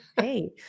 Hey